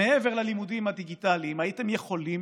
מעבר ללימודים הדיגיטליים הייתם יכולים